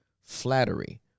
flattery